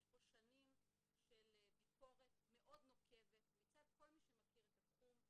יש פה שנים של ביקורת מאוד נוקבת מצד כל מי שמכיר את התחום.